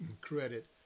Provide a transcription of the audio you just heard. credit